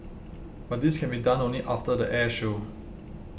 but this can be done only after the air show